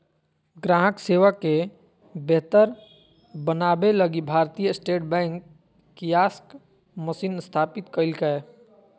ग्राहक सेवा के बेहतर बनाबे लगी भारतीय स्टेट बैंक कियाक्स मशीन स्थापित कइल्कैय